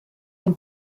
dem